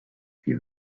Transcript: die